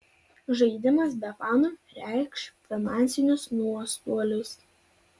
žaidimas be fanų reikš finansinius nuostolius